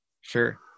sure